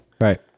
Right